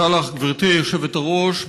תודה לך, גברתי היושבת-ראש.